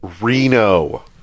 Reno